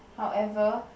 however